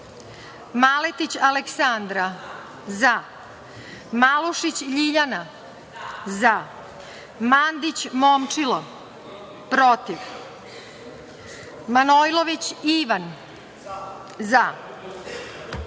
zaMaletić Aleksandra – zaMalušić Ljiljana – zaMandić Momčilo – protivManojlović Ivan –